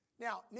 Now